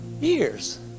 years